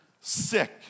sick